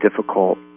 difficult